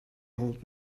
old